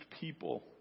people